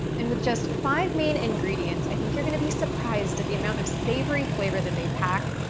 and with just five main ingredients, i think you're gonna be surprised at the amount of savory flavor that they pack,